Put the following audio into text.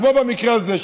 כמו במקרה הזה,